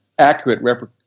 accurate